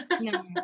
No